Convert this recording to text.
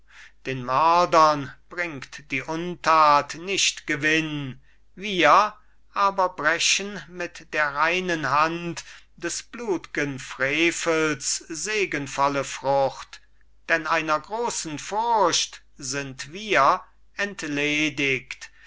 den mördern bringt die untat nicht gewinn wir aber brechen mit der reinen hand des blut'gen frevels segenvolle frucht denn einer großen furcht sind wir entledigt